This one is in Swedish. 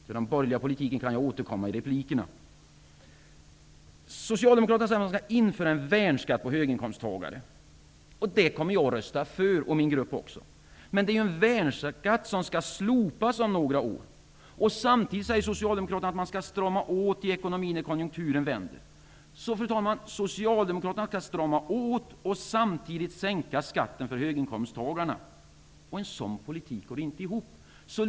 Till den borgerliga politiken kan jag återkomma i replikerna. Socialdemokraterna säger att man skall införa en värnskatt för höginkomsttagare. Det kommer jag och även min grupp att rösta för. Men det är ju en värnskatt som skall slopas om några år. Samtidigt säger socialdemokraterna att man skall strama åt i ekonomin när konjunkturen vänder. Så, fru talman, socialdemokraterna skall strama åt och samtidigt sänka skatten för höginkomsttagarna. En sådan politik går inte ihop.